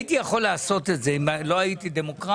הייתי יכול לעשות את זה אם לא הייתי דמוקרט?